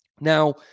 Now